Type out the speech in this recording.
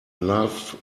love